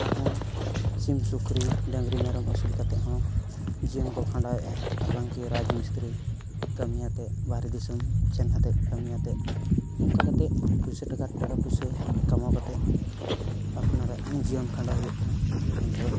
ᱟᱨᱦᱚᱸ ᱥᱤᱢ ᱥᱩᱠᱨᱤ ᱰᱟᱝᱨᱤ ᱢᱮᱨᱚᱢ ᱟᱹᱥᱩᱞ ᱠᱟᱛᱮᱫ ᱦᱚᱸ ᱡᱤᱭᱚᱱ ᱠᱚ ᱠᱷᱟᱸᱰᱟᱣᱮᱜᱼᱟ ᱟᱨ ᱵᱟᱝᱜᱮ ᱨᱟᱡᱽᱢᱤᱥᱛᱨᱤ ᱠᱟᱹᱢᱤᱭᱟᱛᱮᱫ ᱵᱟᱨᱦᱮ ᱫᱤᱥᱚᱢ ᱥᱮᱱ ᱠᱟᱛᱮᱫ ᱠᱟᱹᱢᱤᱭᱟᱛᱮᱫ ᱱᱚᱝᱠᱟ ᱠᱟᱛᱮᱫ ᱯᱩᱭᱥᱟᱹ ᱴᱟᱠᱟ ᱴᱟᱠᱟ ᱯᱚᱭᱥᱟ ᱠᱟᱢᱟᱣ ᱠᱟᱛᱮᱫ ᱟᱯᱱᱟᱨᱟᱜ ᱡᱤᱭᱚᱱ ᱠᱷᱟᱸᱰᱟᱣ ᱦᱩᱭᱩᱜ ᱠᱟᱱᱟ ᱢᱮᱱᱫᱚ